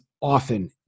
often